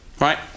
right